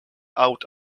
out